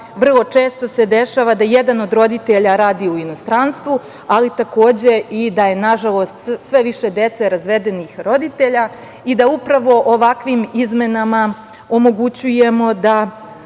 vrlo često se dešava da jedna od roditelja radi u inostranstvu, ali takođe i da je nažalost sve više dece razvedenih roditelja. Upravo ovakvim izmenama omogućujemo da